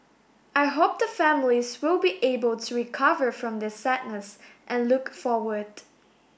I hope the families will be able to recover from their sadness and look forward